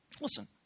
Listen